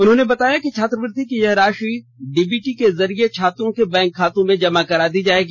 उन्होंने बताया कि छात्रवृत्ति की यह राशि डीबीटी के जरिए छात्रों के बैंक खातों में जमा करा दी जाएगी